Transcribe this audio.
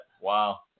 Wow